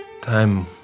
time